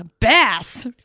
bass